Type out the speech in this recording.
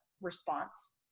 response